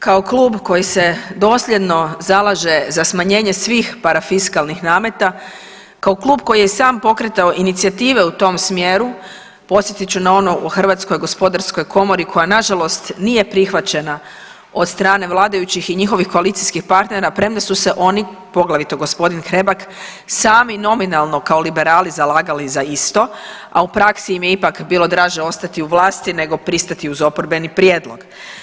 Kao klub koji se dosljedno zalaže za smanjenje svih parafiskalnih nameta, kao klub koji je sam pokretao inicijative u tom smjeru, podsjetit ću na ono u HGK-u koja nažalost nije prihvaćena od strane vladajućih i njihovih koalicijskih partnera premda su se oni, poglavito g. Hrebak, sami nominalno kao liberali zalagali za isto, a u praksi im je ipak bilo draže ostati u vlasti nego pristati uz oporbeni prijedlog.